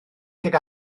tuag